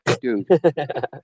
Dude